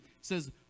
says